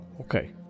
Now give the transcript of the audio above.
okay